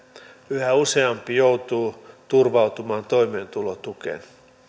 yhä useampi joutuu turvautumaan toimeentulotukeen